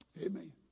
Amen